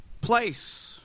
place